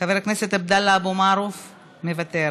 חבר הכנסת עבדאללה אבו מערוף, מוותר,